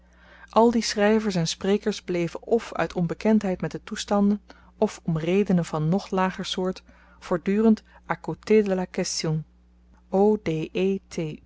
al die schryvers en sprekers bleven f uit onbekendheid met de toestanden f om redenen van nog lager soort voortdurend à côté